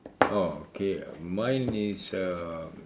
oh okay mine is uh